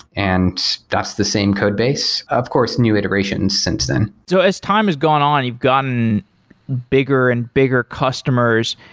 and that's the same code base. of course, new iteration since then. so as time has gone on, you've gotten bigger and bigger customers.